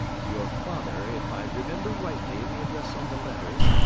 your father, if i remember rightly the address on the letters,